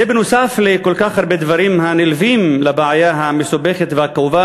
זה בנוסף לכל כך הרבה דברים הנלווים לבעיה המסובכת והכאובה